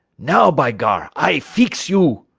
now, by gar, i feex you!